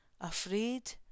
Afraid